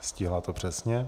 Stihla to přesně.